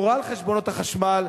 גורל חשבונות החשמל,